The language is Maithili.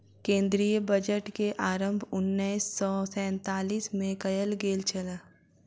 केंद्रीय बजट के आरम्भ उन्नैस सौ सैंतालीस मे कयल गेल छल